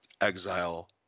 exile